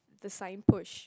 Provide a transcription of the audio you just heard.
the sign push